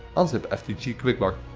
unzip ftg quikbar.